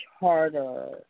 harder